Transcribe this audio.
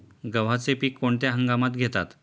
गव्हाचे पीक कोणत्या हंगामात घेतात?